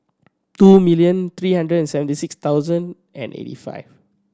two million three hundred and seventy six thousand and eighty five